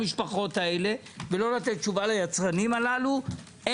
לא יודע איך ההגדרה הסלים.